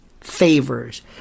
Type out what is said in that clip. favors